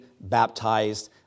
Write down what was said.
baptized